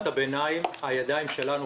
ברור שבתקופת הביניים הידיים שלנו,